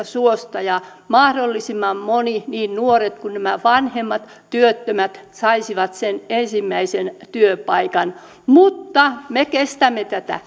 suosta ja mahdollisimman moni niin nuoret kuin nämä vanhemmat työttömät saisi sen ensimmäisen työpaikan mutta me kestämme tätä